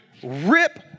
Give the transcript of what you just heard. rip